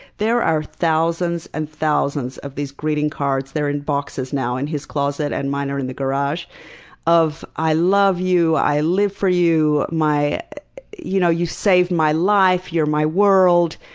there are thousands and thousands of these greeting cards they're in boxes now in his closet and mine are in the garage of, i love you. i live for you. you know you saved my life. you're my world.